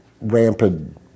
rampant